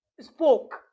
spoke